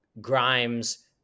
Grimes